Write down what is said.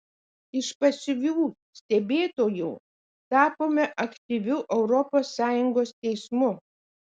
iš pasyvių stebėtojų tapome aktyviu europos sąjungos teismu